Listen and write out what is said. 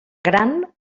gran